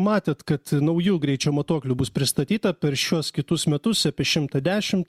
matėte kad naujų greičio matuoklių bus pristatyta per šiuos kitus metus apie šimtą dešimt